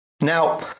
Now